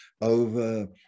over